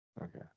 Okay